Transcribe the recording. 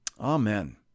Amen